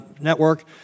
network